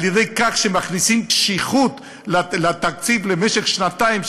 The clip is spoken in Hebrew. על-ידי כך שמכניסים קשיחות לתקציב למשך שנתיים,